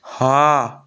ହଁ